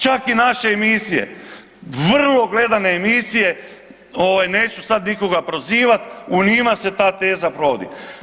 Čak i naše emisije, vrlo gledane emisije ovaj neću sad nikoga prozivat u njima se ta teza provodi.